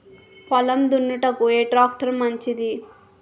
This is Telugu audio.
పొలం దున్నుటకు ఏ ట్రాక్టర్ మంచిది?